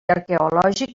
arqueològic